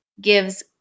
gives